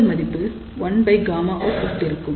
இந்த மதிப்பு 1Γout ஒத்து இருக்கும்